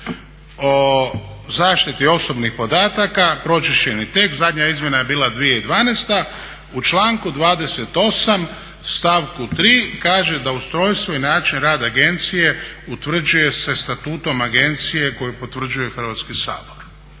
o zaštiti osobnih podataka, pročišćeni tekst, zadnja izmjena je bila 2012., u članku 28. stavku 3. kaže da ustrojstvo i način rada agencije utvrđuje se statutom agencije koju potvrđuje Hrvatski sabor.